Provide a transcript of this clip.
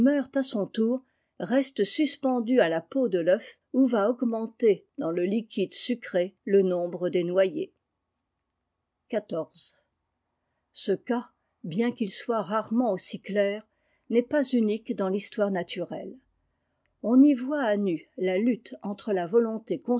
reste suspendu à la peau de l'œuf ou va augmenter dans le liquide sucré le nombre des noyés xiv ce cas bien qu'il soit rarement aussi clair n'est pas unique dans l'histoire naturelle on y voit à nu la lutte entre la volonté